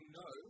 no